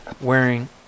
wearing